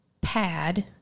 pad